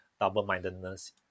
double-mindedness